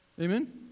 Amen